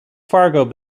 fargo